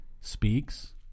speaks